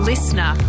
Listener